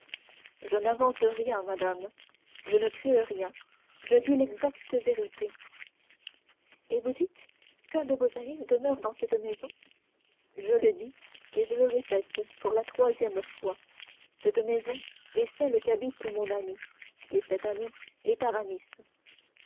je n'invente rien madame je ne crée rien je dis l'exacte vérité et vous dites qu'un de vos amis demeure dans cette maison je le dis et je le répète pour la troisième fois cette maison est celle qu'habite mon ami et cet ami est aramis